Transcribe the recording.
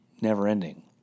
never-ending